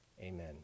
Amen